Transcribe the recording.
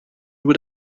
nur